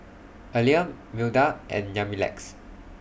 Aleah Milda and Yamilex